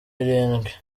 irindwi